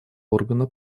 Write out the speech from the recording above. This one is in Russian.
органа